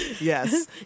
Yes